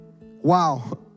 Wow